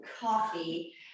coffee